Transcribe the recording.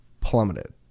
plummeted